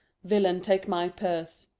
villain, take my purse.